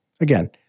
Again